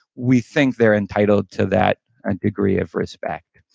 we think they're entitled to that a degree of respect.